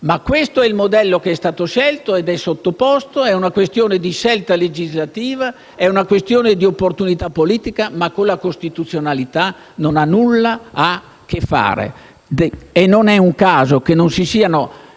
ma questo è il modello che è stato scelto e sottoposto. È una questione di scelta legislativa e di opportunità politica. Ma con la costituzionalità non ha nulla a che fare. Non è un caso che non si siano